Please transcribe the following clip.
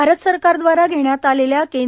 भारत सरकार द्वारे घेण्यात आलेल्या य्